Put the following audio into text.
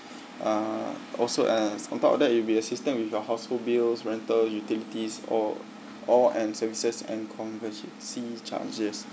uh also uh on top of that you'll be assisted with your household bills rental utilities or all and services and conversancy charges